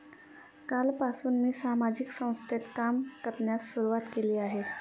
कालपासून मी सामाजिक संस्थेत काम करण्यास सुरुवात केली आहे